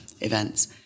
events